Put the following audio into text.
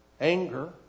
anger